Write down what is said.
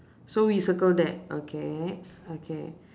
so we circle that okay okay